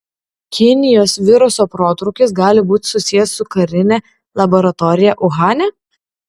kinijos viruso protrūkis gali būti susijęs su karine laboratorija uhane